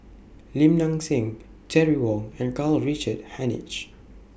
Lim Nang Seng Terry Wong and Karl Richard Hanitsch